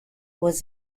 was